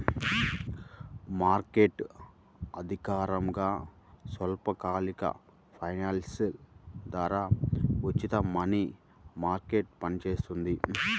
market అధికారికంగా స్వల్పకాలిక finance ద్వారా ఉచిత మనీ మార్కెట్గా పనిచేస్తుంది